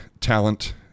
talent